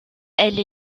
elle